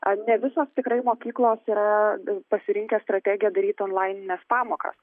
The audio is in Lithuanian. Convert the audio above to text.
ar ne visos tikrai mokyklos yra pasirinkę strategiją daryt onlainines pamokas